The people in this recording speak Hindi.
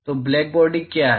तो ब्लैकबॉडी क्या है